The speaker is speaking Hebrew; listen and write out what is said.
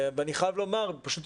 אני חייב לומר פשוט,